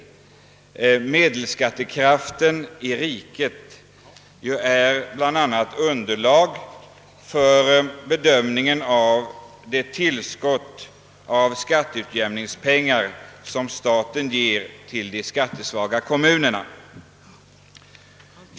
Medelskattekraften i riket utgör bl.a. underlag för bedömningen av det tillskott av skatteutjämningspengar som staten ger de skattesvaga kommunerna.